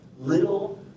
Little